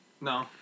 No